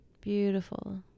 Beautiful